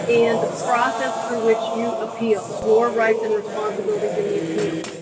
and the process through which you appeal, your rights and responsibilities in the appeal.